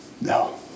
no